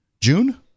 June